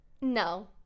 No